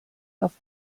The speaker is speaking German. auf